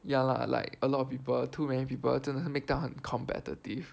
ya lah like a lot of people too many people 真的 make up 很 competitive